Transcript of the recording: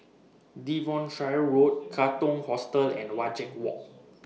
Devonshire Road Katong Hostel and Wajek Walk